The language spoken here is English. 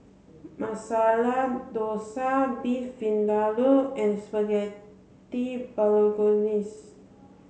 Masala Dosa Beef Vindaloo and Spaghetti Bolognese